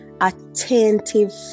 attentive